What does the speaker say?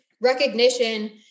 recognition